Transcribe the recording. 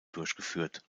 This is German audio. durchgeführt